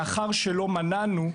לאחר שלא מנענו,